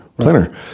planner